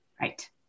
Right